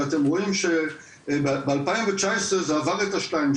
ואתם רואים שב-2019 זה עבר את השתיים,